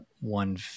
one